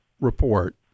report